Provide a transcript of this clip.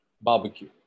Barbecue